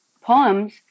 poems